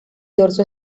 dorso